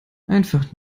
einfach